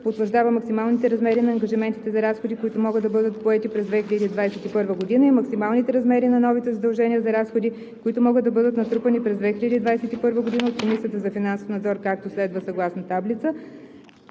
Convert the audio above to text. Утвърждава максималните размери на ангажиментите за разходи, които могат да бъдат поети през 2021 г., и максималните размери на новите задължения за разходи, които могат да бъдат натрупани през 2021 г. от Комисията за финансов надзор, както следва:, съгласно таблица.“